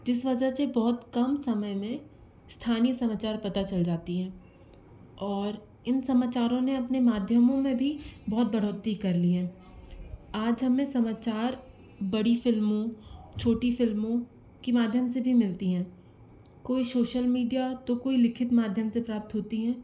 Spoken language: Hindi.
जिस वजह से बहुत कम समय में स्थानीय समाचार पता चल जाती है और इन समाचारों ने अपने माध्यमों में भी बहुत बढ़ोतरी कर ली हैं आज हमें समाचार बड़ी फिल्मों छोटी फिल्मों की माध्यम से भी मिलती हैं कोई सोशल मीडिया तो कोई लिखित माध्यम से प्राप्त होती हैं